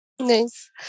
Nice